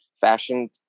fashion